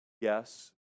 Yes